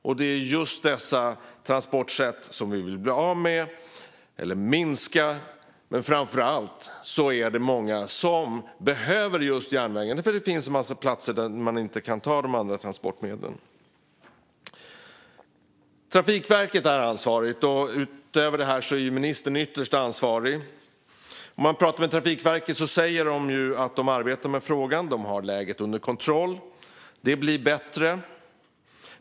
Och det är just dessa transportsätt som vi vill bli av med eller minska, men framför allt är det många som behöver just järnvägen eftersom det finns en massa platser dit man inte kan ta de andra transportmedlen. Trafikverket är ansvarigt, och utöver detta är ministern ytterst ansvarig. Trafikverket säger att de arbetar med frågan, att de har läget under kontroll och att det blir bättre.